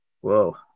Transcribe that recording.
Whoa